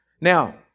Now